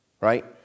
right